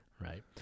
right